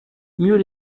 mieux